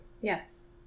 Yes